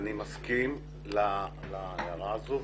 אני מסכים להערה הזאת.